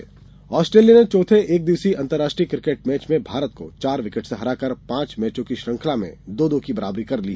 cricket Australia ने चौथे एक दिवसीय अंतर्राष्ट्रीय क्रिकेट मैच में भारत को चार विकेट से हराकर पांच मैचों की श्रृंखला में दो दो की बराबरी कर ली